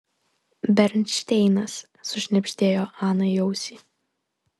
bernšteinas sušnibždėjo ana į ausį